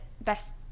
best